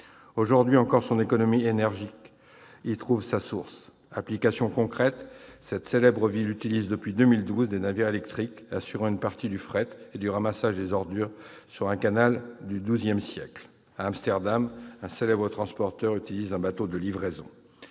Aujourd'hui encore son économie énergique y trouve sa source. Application concrète : à Utrecht, cette célèbre ville, depuis 2012, des navires électriques assurent une partie du fret et du ramassage des ordures sur un canal datant du XIIsiècle. À Amsterdam, un célèbre transporteur utilise un bateau de livraison.